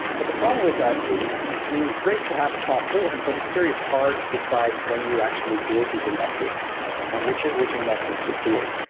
but the problem with that is i mean, it's great to have the possibility, but it's very hard to decide when you actually create these in nexus and which which in nexus to create?